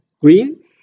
green